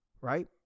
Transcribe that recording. Right